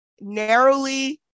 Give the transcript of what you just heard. narrowly